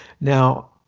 Now